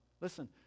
Listen